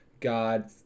God